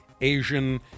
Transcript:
Asian